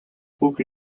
book